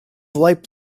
light